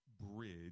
bridge